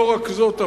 לא רק זאת,